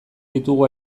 ditugu